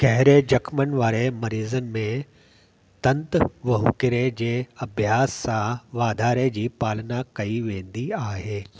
गहिरे जख़मनि वारे मरीज़नि में तन्त वहुकिरे जे अभ्यास सां वाधारे जी पालना कई वेंदी आहे